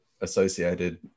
associated